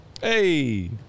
Hey